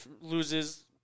Loses